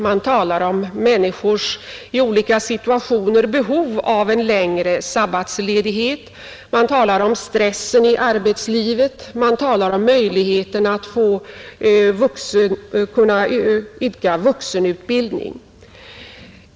Man talar om människors behov av en längre ledighet i olika situationer, man talar om stressen i arbetslivet, man talar om möjligheterna att idka vuxenstudier.